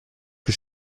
que